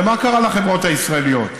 ומה קרה לחברות הישראליות?